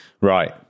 right